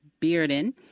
Bearden